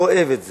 לא אוהב את זה.